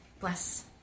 bless